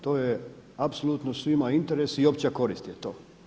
To je apsolutno svima u interesu i opća korist je to.